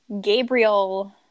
Gabriel